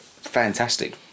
fantastic